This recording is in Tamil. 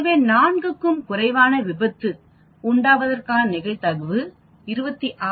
எனவே 4 க்கும் குறைவான விபத்து உண்டாவதற்கான நிகழ்தகவு 26